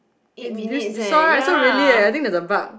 it's this you saw right so really eh I think there's a bug